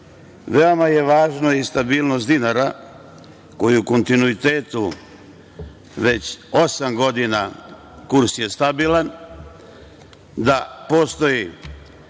je važna i stabilnost dinara, koji u kontinuitetu, već osam godina kurs je stabilan, da postoji